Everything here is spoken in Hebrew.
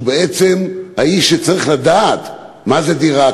שהוא האיש שצריך לדעת מה זה דירה,